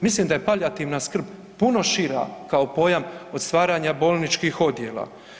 Mislim da je palijativna skrb puno šira kao pojam od stvaranja bolničkih odjela.